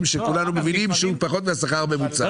שכולנו מבינים שהם פחות מהשכר הממוצע.